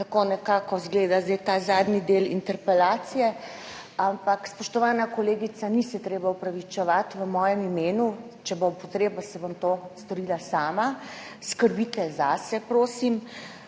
Tako nekako izgleda sedaj ta zadnji del interpelacije. Ampak, spoštovana kolegica, ni se treba opravičevati v mojem imenu, če bo potrebno se bom to storila sama. Skrbite zase, prosim!